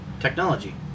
Technology